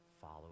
follow